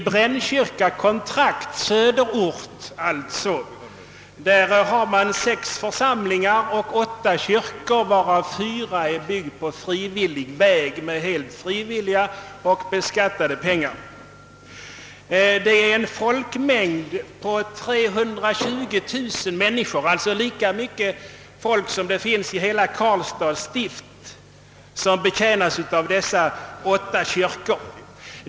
Brännkyrka kontrakt i Söderort har sex församlingar och åtta kyrkor, av vilka fyra är byggda på frivillig väg med frivilligt insamlade och beskattade pengar. En folkmängd på 320 000 människor, alltså lika många som det finns i hela Karlstads stift, betjänas av åtta kyrkor.